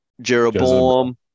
Jeroboam